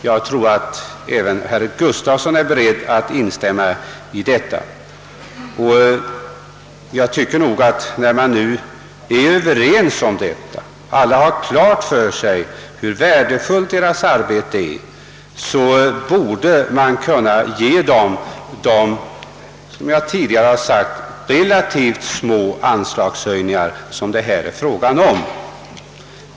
Jag tror att även herr Gustafsson är beredd att instämma i att de utför ett osjälviskt och oegennyttigt arbete. När var och en har klart för sig hur värdefullt deras arbete är tycker jag att man också borde kunna gå med på de relativt små anslagshöjningar som det är fråga om här.